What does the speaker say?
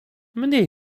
mniej